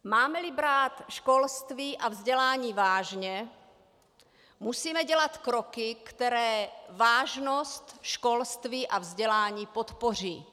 Mámeli brát školství a vzdělání vážně, musíme dělat kroky, které vážnost školství a vzdělání podpoří.